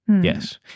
yes